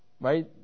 right